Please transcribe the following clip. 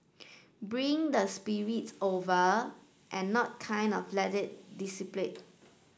bring the spirits over and not kind of let it